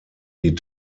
die